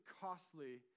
costly